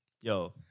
Yo